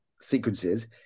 sequences